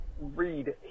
Read